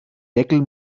deckel